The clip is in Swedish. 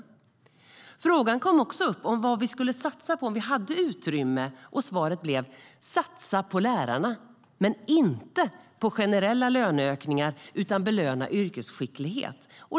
Frågan kom också upp vad vi skulle satsa på om vi hade utrymme. Svaret blev: Satsa på lärarna men inte på generella löneökningar, utan belöna yrkesskicklighet!